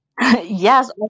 Yes